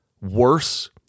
worse